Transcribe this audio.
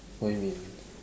what you mean